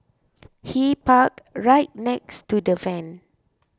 he parked right next to the van